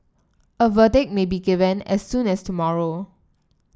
a verdict may be given as soon as tomorrow